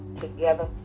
together